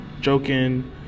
joking